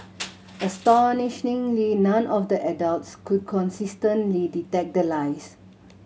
astonishingly none of the adults could consistently detect the lies